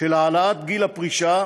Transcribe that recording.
של העלאת גיל הפרישה